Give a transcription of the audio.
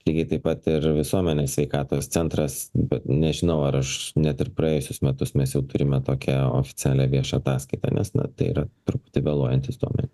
lygiai taip pat ir visuomenės sveikatos centras bet nežinau ar aš net ir praėjusius metus mes jau turime tokią oficialią viešą ataskaitą nes tai yra truputį vėluojantys duomen